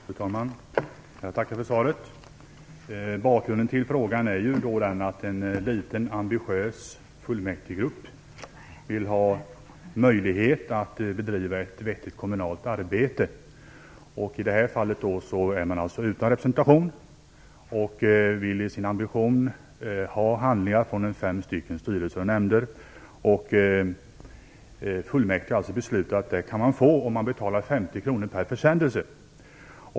Fru talman! Jag tackar för svaret. Bakgrunden till frågan är att en liten ambitiös fullmäktigegrupp vill ha möjlighet att bedriva ett vettigt kommunalt arbete. I det här fallet är man utan representation och vill i sin ambition ha handlingar från fem stycken styrelser och nämnder. Fullmäktige har beslutat att man kan få det om man betalar 50 kr per försändelse.